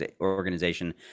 organization